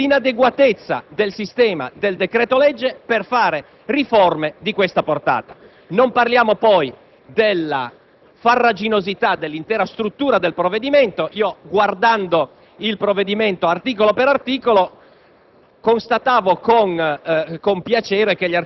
segno, anche questo, di autodenuncia dell'inadeguatezza del sistema del decreto-legge per realizzare riforme di questa portata. Non parliamo, poi, della farraginosità dell'intera struttura del provvedimento. Leggendolo articolo per articolo,